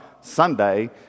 Sunday